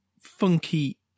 funky